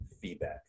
feedback